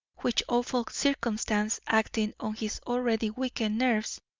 which awful circumstance, acting on his already weakened nerves,